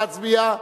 להצביע.